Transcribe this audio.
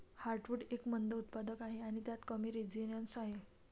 heartwood एक मंद उत्पादक आहे आणि त्यात कमी रेझिनस आहे